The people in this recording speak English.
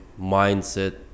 mindset